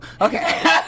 Okay